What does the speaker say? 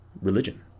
religion